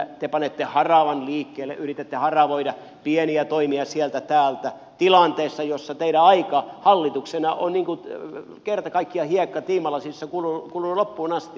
te panette haravan liikkeelle yritätte haravoida pieniä toimia sieltä täältä tilanteessa jossa teidän aikanne hallituksena on kerta kaikkiaan kuin hiekka tiimalasissa kulunut loppuun asti